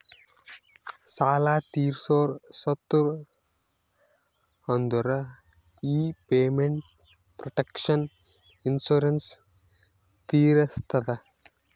ಸಾಲಾ ತೀರ್ಸೋರು ಸತ್ತುರ್ ಅಂದುರ್ ಈ ಪೇಮೆಂಟ್ ಪ್ರೊಟೆಕ್ಷನ್ ಇನ್ಸೂರೆನ್ಸ್ ತೀರಸ್ತದ